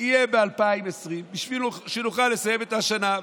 יהיה ב-2020, כדי שנוכל לסיים את השנה.